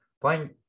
playing